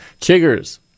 Chiggers